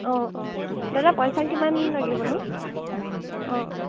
অঁ অঁ দাদা পইচা কিমান লাগিবনো অঁ অঁ